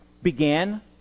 began